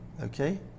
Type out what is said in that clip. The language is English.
okay